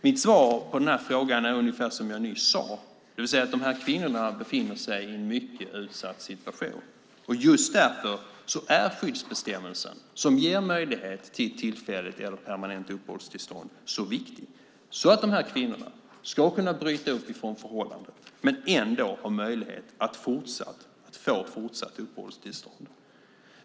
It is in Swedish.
Mitt svar på den här frågan är ungefär likadant som det jag nyss gav, det vill säga att de här kvinnorna befinner sig i en mycket utsatt situation. Just därför är skyddsbestämmelsen, som ger möjligt till tillfälligt eller permanent uppehållstillstånd, så viktig för att de här kvinnorna ska kunna bryta upp ifrån förhållande och ändå ha möjlighet att få fortsatt uppehållstillstånd.